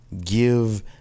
give